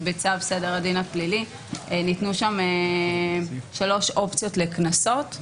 בצו סדר הדין הפלילי ניתנו שלוש אופציות לקנסות,